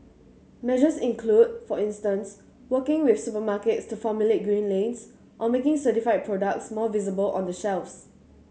measures include for instance working with supermarkets to formulate green lanes or making certified products more visible on the shelves